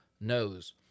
knows